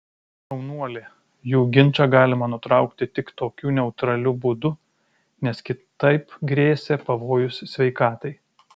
šaunuolė jų ginčą galima nutraukti tik tokiu neutraliu būdu nes kitaip grėsė pavojus sveikatai